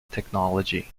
technology